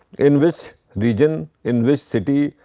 in which region, in which city,